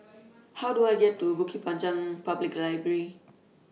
How Do I get to Bukit Panjang Public Library